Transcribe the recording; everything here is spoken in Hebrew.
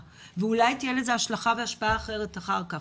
ואולי תהיה לזה השלכה והשפעה אחרת אחר כך.